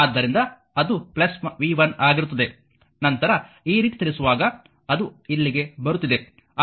ಆದ್ದರಿಂದ ಅದು v1 ಆಗಿರುತ್ತದೆ ನಂತರ ಈ ರೀತಿ ಚಲಿಸುವಾಗ ಅದು ಇಲ್ಲಿಗೆ ಬರುತ್ತಿದೆ